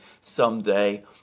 someday